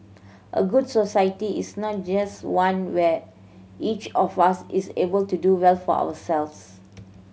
a good society is not just one where each of us is able to do well for ourselves